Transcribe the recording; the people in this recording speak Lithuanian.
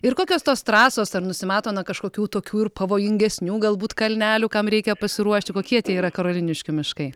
ir kokios tos trasos ar nusimato na kažkokių tokių ir pavojingesnių galbūt kalnelių kam reikia pasiruošti kokie yra karoliniškių miškai